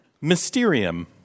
Mysterium